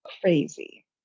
crazy